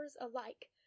alike